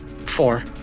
four